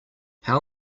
how